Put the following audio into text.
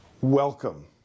Welcome